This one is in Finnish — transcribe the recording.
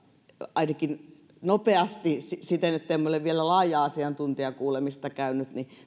ainakin näin nopeasti emme ole vielä laajaa asiantuntijakuulemista käyneet